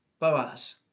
Boaz